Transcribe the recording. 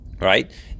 right